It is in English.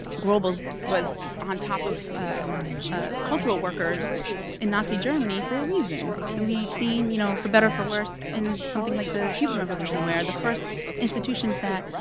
goebbels was on top of of cultural workers in nazi germany for a reason. and we've seen, you know, for better or for worse, in something like the cuban revolution, where the first institutions that